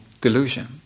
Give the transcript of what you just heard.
delusion